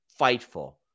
FIGHTFUL